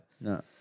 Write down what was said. No